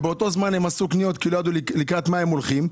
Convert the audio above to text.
ובאותו זמן הם עשו קניות כי לא ידעו לקראת מה הם הולכים,